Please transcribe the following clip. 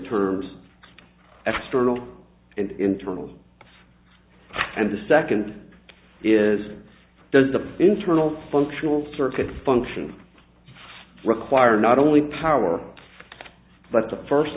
and internal and the second is does the internal functional circuit function require not only power but the first